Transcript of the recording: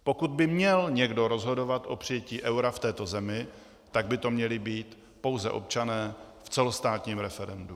Pokud by měl někdo rozhodovat o přijetí eura v této zemi, tak by to měli být pouze občané v celostátním referendu.